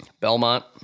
Belmont